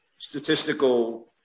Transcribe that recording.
Statistical